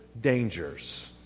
dangers